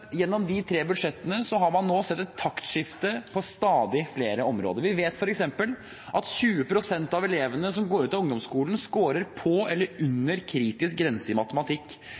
Gjennom de tre budsjettene har man nå sett et taktskifte på stadig flere områder. Vi vet f.eks. at 20 pst. av elevene som går ut av ungdomsskolen, scorer på eller under kritisk grense i matematikk.